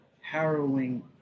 harrowing